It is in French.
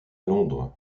londres